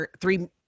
three